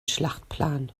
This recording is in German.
schlachtplan